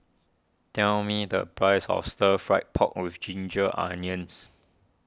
tell me the price of Stir Fry Pork with Ginger Onions